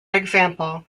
example